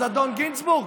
אז אדון גינזבורג,